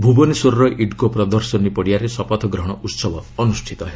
ଭୁବନେଶ୍ୱରର ଇଡ଼୍କୋ ପ୍ରଦର୍ଶନୀ ପଡ଼ିଆରେ ଶପଥ ଗ୍ରହଣ ଉତ୍ସବ ଅନୁଷ୍ଠିତ ହେବ